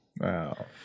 Wow